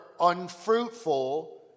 unfruitful